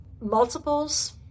Multiples